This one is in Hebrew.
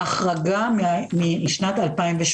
החרגה משנת 2018